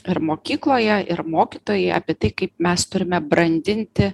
ir mokykloje ir mokytojai apie tai kaip mes turime brandinti